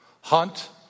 hunt